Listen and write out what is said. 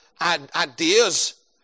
ideas